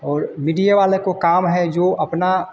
और मिडिया वाले को काम है जो अपना